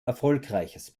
erfolgreiches